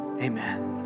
amen